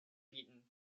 beaten